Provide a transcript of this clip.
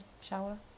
shower